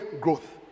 growth